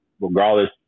regardless